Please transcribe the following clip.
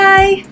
Bye